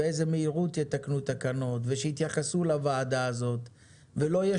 באיזו מהירות יתקנו תקנות ושיתייחסו לוועדה הזאת ולא יהיה